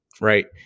right